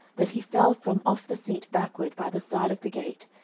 that he fell from off the seat backward by the side of the gate,